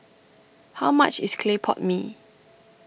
how much is Clay Pot Mee